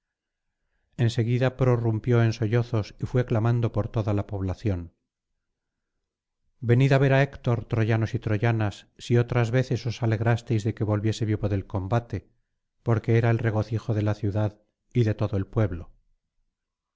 en seguida prorrumpió en sollozos y fué clamando por toda la venid á ver á héctor troyanos y troyanas si otras veces os alegraste de que volviese vivo del combate porque era el regocijo de la ciudad y de todo el pueblo